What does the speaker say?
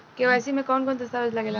KYC में कवन कवन दस्तावेज लागे ला?